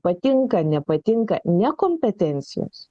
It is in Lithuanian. patinka nepatinka ne kompetencijos